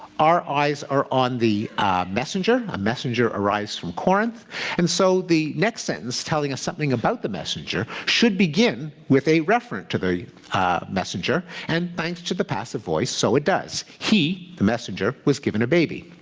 our eyes are on the messenger a messenger arrives from corinth and so the next sentence telling us something about the messenger should begin with a reference to the messenger, and thanks to the passive voice, so it does. he, the messenger, was given a baby.